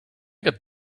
got